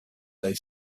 they